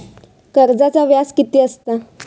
कर्जाचा व्याज कीती असता?